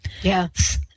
Yes